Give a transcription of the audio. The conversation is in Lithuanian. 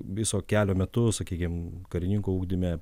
viso kelio metu sakykim karininkų ugdyme